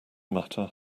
matter